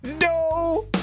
no